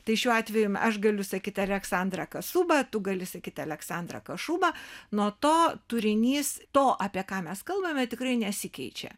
tai šiuo atveju aš galiu sakyti aleksandra kasuba tu gali sakyt aleksandra kašuba nuo to turinys to apie ką mes kalbame tikrai nesikeičia